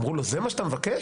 אמרו לו, זה מה שאתה מבקש,